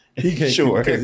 Sure